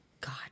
God